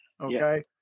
Okay